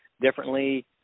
differently